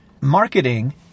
marketing